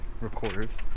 recorders